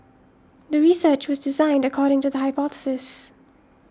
the research was designed according to the hypothesis